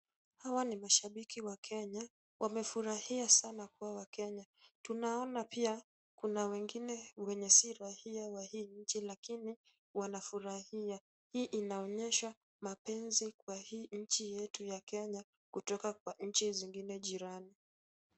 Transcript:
Hawa ni mashabiki wa Kenya. Wamefurahia sana kuwa wa Kenya. Tunaona pia kuna wengine wenye si raia wa hii nchi lakini wanafurahia. Hii inaonyesha mapenzi kwa hii nchi yetu ya Kenya kutoka kwa nchi zingine jirani.